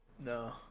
No